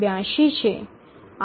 ૮૨ છે